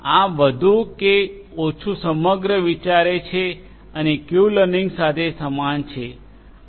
આ વધુ કે ઓછુ સમગ્ર વિચાર છે અને ક્યૂ લર્નિંગ સાથે સમાન છે